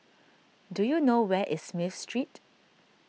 do you know where is Smith Street